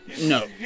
no